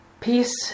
peace